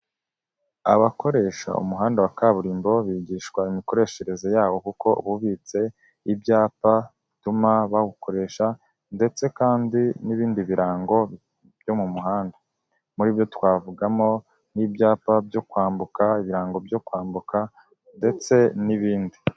Abakoresha umuhanda wa kaburimbo, bigishwa imikoreshereze yawo kuko uba ububitse ibyapa bituma bawukoresha ndetse kandi n'ibindi birango byo mu muhanda, muri byo twavugamo nk'ibyapa byo kwambuka, ibirango byo kwambuka ndetse n'ibindi.